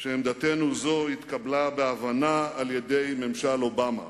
שעמדתנו זו התקבלה בהבנה על-ידי ממשל אובמה.